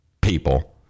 People